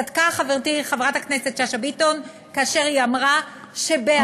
צדקה חברתי חברת הכנסת שאשא ביטון כאשר היא אמרה שבעבר,